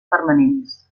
permanents